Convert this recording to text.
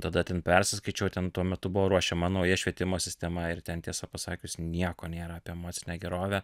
tada ten persiskaičiau ten tuo metu buvo ruošiama nauja švietimo sistema ir ten tiesą pasakius nieko nėra apie emocinę gerovę